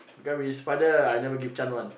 get we father I never chance one